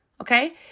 Okay